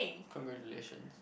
congratulations